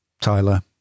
Tyler